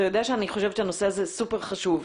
אתה יודע שאני חושבת שהנושא הזה הוא סופר חשוב,